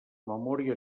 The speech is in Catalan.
memòria